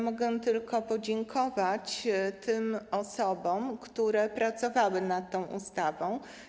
Mogę tylko podziękować tym osobom, które pracowały nad ustawą.